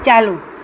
ચાલુ